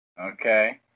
Okay